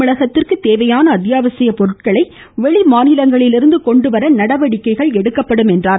தமிழகத்திற்கு தேவையான அத்தியாவசிய பொருட்களை வெளி மாநிலங்களிலிருந்து கொண்டுவர நடவடிக்கை எடுக்கப்படும் என்றார்